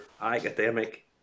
academic